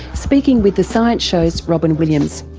speaking with the science show's robyn williams.